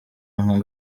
nka